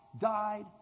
died